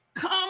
Come